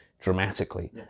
dramatically